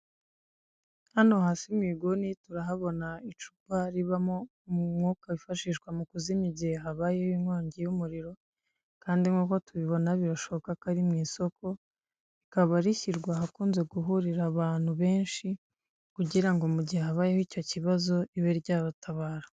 Hano hasi mu iguni tuhabona icupa ribamo umwuka wifashishwa mukuzimya igihe habayeho inkongi y'umuriro, Kandi nk'uko tubibona biragaragara ko ari mu isoko rikaba rishyirwa ahakunze guhurira abantu benshi kugira ngo mugihe habayeho icyo kibazo ribe ryabatabara.